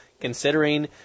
considering